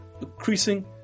increasing